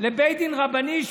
לבית דין רבני,